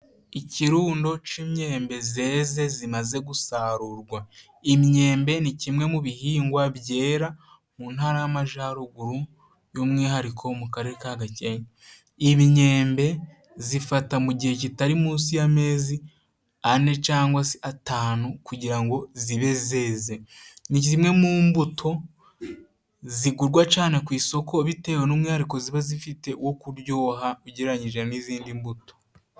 Ikirundo cy'imyembe zeze zimaze gusarurwa. Imyembe ni kimwe mu bihingwa byera mu ntara y'amajyaruguru by'umwihariko mu karere ka Gakenke. Imyembe zifata mu gihe kitari munsi y'amezi ane cyangwa atanu kugira ngo zibe zeze. Ni zimwe mu mbuto zigurwa cyane ku isoko bitewe n'umwihariko ziba zifite go kuryoha ugereranyije n'izindi mbuto.